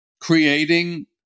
creating